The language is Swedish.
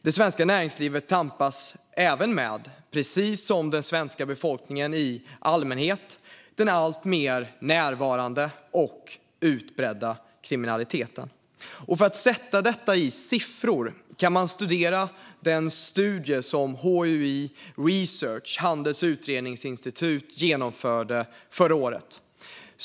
Det svenska näringslivet tampas även, precis som den svenska befolkningen i allmänhet, med den alltmer närvarande och utbredda kriminaliteten. För att sätta detta i siffror kan man studera den studie som HUI Research, Handelns utredningsinstitut, genomförde förra året.